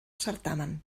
certamen